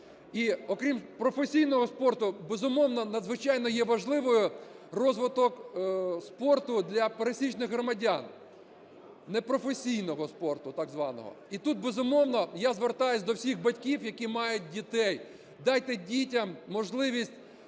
окрім професійного спорту, безумовно, надзвичайно є важливим розвиток спорту для пересічних громадян, непрофесійного спорту так званого. І тут, безумовно, я звертаюсь до всіх батьків, які мають дітей: дайте дітям можливість